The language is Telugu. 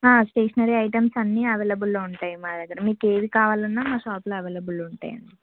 స్టేషనరీ ఐటమ్స్ అన్ని అవైలబుల్లో ఉంటాయి మా దగ్గర మీకు ఏది కావాలన్నా మా షాపులో అవైలబుల్ ఉంటాయి అండి